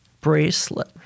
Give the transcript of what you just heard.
bracelet